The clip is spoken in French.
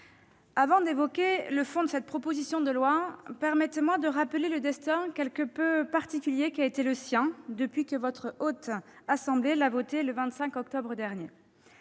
Avant d'évoquer le fond de cette proposition de loi, permettez-moi de rappeler le destin quelque peu particulier qui a été le sien depuis que votre Haute Assemblée l'a votée le 25 octobre dernier.